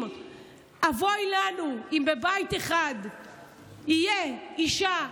אבוי לנו אם בבית אחד יהיו אישה,